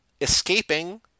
escaping